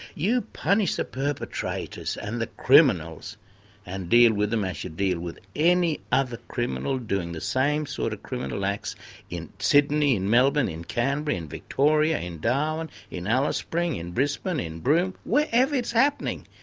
you punish the perpetrators and the criminals and deal with them as you deal with any other criminal doing the same sort of criminal acts in sydney, in melbourne, in canberra, in victoria, in darwin, in alice springs, in brisbane, in broome wherever it's happening.